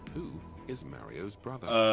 who is mario's brother?